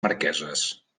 marqueses